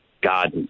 God